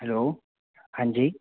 hello हाँ जी